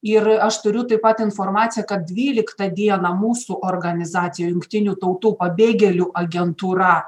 ir aš turiu taip pat informaciją kad dvyliktą dieną mūsų organizacija jungtinių tautų pabėgėlių agentūra